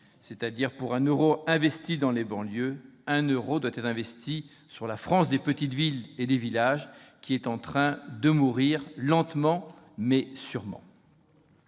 que, pour un euro investi dans les banlieues, un euro doit être investi dans la France des petites villes et des villages, qui est en train de mourir lentement mais sûrement.